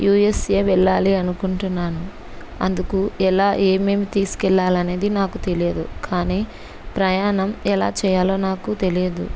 USA వెళ్ళాలి అనుకుంటున్నాను అందుకు ఎలా ఏమేమి తీసుకెళ్ళాలి అనేది నాకు తెలియదు కానీ ప్రయాణం ఎలా చేయాలో నాకు తెలియదు